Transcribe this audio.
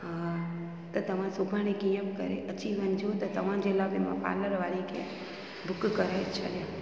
हा त तव्हां सुभाणे कीअं बि करे अची वञिजो त तव्हांजे लाइ बि मां पालर वारी खे बुक करे छॾियां